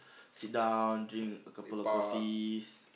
sit down drink a couple of coffees